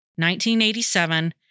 1987